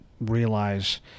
realize